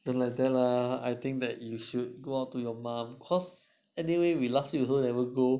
don't like that lah I think that you should go out with your mum cause anyway we last week also never go